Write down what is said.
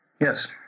Yes